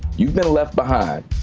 you've been left behind.